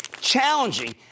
Challenging